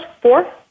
Four